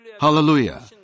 Hallelujah